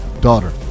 daughter